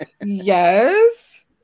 Yes